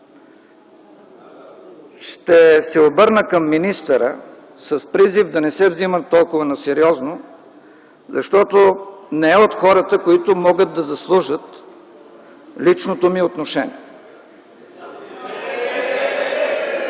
ще се обърна към министъра с призив да не се взима толкова на сериозно, защото не е от хората, които могат да заслужат личното ми отношение.